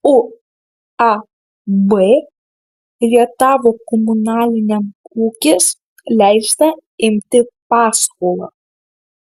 uab rietavo komunaliniam ūkis leista imti paskolą